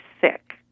sick